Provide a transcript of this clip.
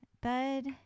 Bud